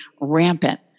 rampant